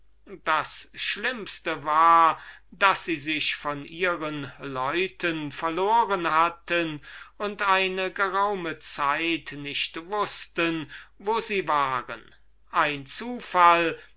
das schlimmste war daß sie sich von ihren leuten verloren hatten und eine geraume zeit nicht wußten wo sie waren ein zufall